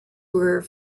were